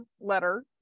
letter